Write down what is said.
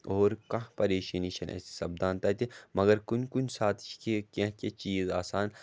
اور کانٛہہ پریشٲنی چھَنہٕ اَسہِ سَپدان تَتہِ مگر کُنہِ کُنہِ ساتہٕ چھِ کہِ کیٚنٛہہ کیٚنٛہہ چیٖز آسان